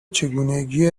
چگونگی